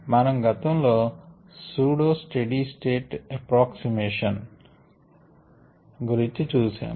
మనము గతం లో సూడో స్టెడీ స్టేట్ ఏప్రాక్సిమేషన్ గురించి చూశాము